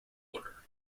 order